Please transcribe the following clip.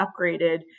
upgraded